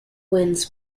winds